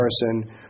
person